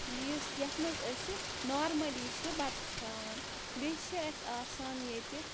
یُس یَتھ منٛز أسۍ نارمٔلی چھِ بَتہٕ کھٮ۪وان بیٚیہِ چھِ اَسہِ آسان ییٚتہِ